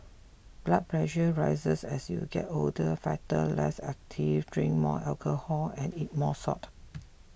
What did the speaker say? blood pressure rises as you get older fatter less active drink more alcohol and eat more salt